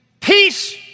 peace